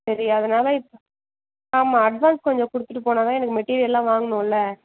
சரி அதனால் இப்போ ஆமாம் அட்வான்ஸ் கொஞ்சம் கொடுத்துட்டு போனால் தான் எனக்கு மெட்டீரியெல்லாம் வாங்கணுல்ல